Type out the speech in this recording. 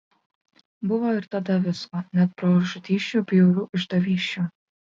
buvo ir tada visko net brolžudysčių bjaurių išdavysčių